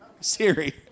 Siri